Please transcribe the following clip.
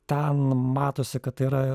ten matosi kad tai yra